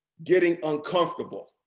getting uncomfortable.